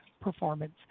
performance